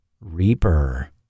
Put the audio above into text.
Reaper